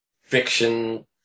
fiction